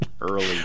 Early